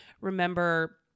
remember